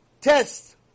test